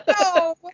No